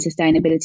sustainability